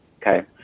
Okay